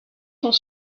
sont